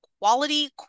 Quality